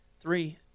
Three